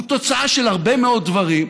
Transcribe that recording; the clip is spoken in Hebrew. הוא תוצאה של הרבה מאוד דברים,